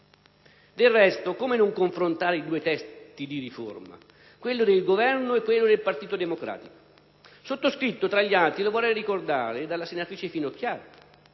Del resto, come non confrontare i due testi di riforma, quello del Governo e quello del Partito Democratico, sottoscritto tra gli altri, lo vorrei ricordare, dalla senatrice Finocchiaro,